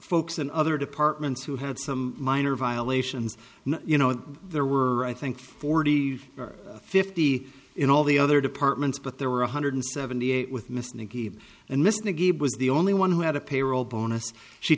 folks in other departments who had some minor violations and you know there were i think forty or fifty in all the other departments but there were one hundred seventy eight with miss nicky and listener gabe was the only one who had a payroll bonus she